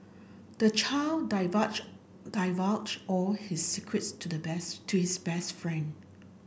the child divulged divulged all his secrets to the best to his best friend